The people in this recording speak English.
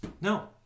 no